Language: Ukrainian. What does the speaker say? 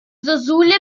зозуля